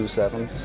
seven.